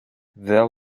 there